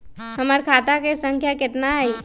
हमर खाता के सांख्या कतना हई?